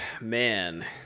Man